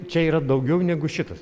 čia yra daugiau negu šitas